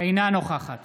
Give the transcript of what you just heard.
אינה נוכחת